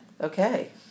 Okay